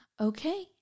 okay